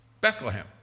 Bethlehem